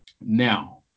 Now